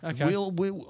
okay